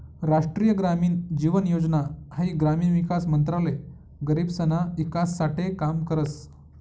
राष्ट्रीय ग्रामीण जीवन योजना हाई ग्रामीण विकास मंत्रालय गरीबसना ईकास साठे काम करस